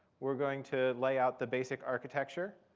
we're going to lay out the basic architecture,